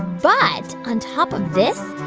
but on top of this,